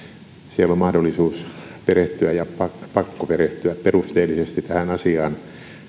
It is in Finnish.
siellä on mahdollisuus ja pakkokin perehtyä perusteellisesti tähän asiaan